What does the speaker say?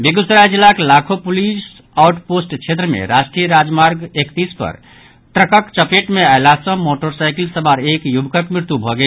बेगूसराय जिलाक Lakho police outpost क्षेत्र मे राष्ट्रीय राजमार्ग एकतीस पर ट्रकक चपेट मे अयला सँ मोटरसाईकिल सवार एक युवकक मृत्यु भऽ गेल